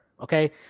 Okay